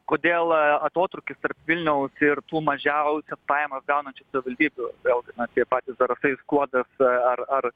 kodėl atotrūkis tarp vilniaus ir tų mažiausias pajamas gaunančių savivaldybių vėlgi na tie patys zarasai skuodas ar ar